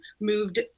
moved